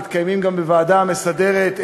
מתקיימים גם בוועדה המסדרת,